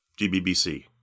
GBBC